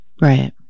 right